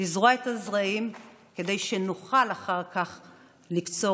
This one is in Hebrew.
לזרוע את הזרעים כדי שנוכל אחר כך לקצור.